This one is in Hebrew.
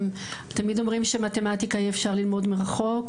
תמיד אומרים שמתמטיקה אי אפשר ללמוד מרחוק,